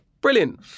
brilliant